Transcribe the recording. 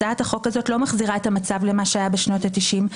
הצעת החוק הזו לא מחזירה את המצב למה שהיה בשנות התשעים,